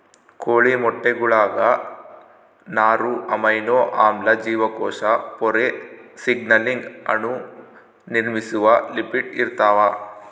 ಕೋಳಿ ಮೊಟ್ಟೆಗುಳಾಗ ನಾರು ಅಮೈನೋ ಆಮ್ಲ ಜೀವಕೋಶ ಪೊರೆ ಸಿಗ್ನಲಿಂಗ್ ಅಣು ನಿರ್ಮಿಸುವ ಲಿಪಿಡ್ ಇರ್ತಾವ